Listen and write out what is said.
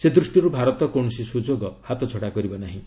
ସେ ଦୃଷ୍ଟିରୁ ଭାରତ କୌଣସି ସୁଯୋଗ ହାତଛଡ଼ା କରିବ ନାହିଁ